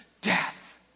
death